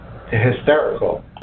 hysterical